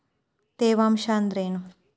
ತೇವಾಂಶ ಅಂದ್ರೇನು?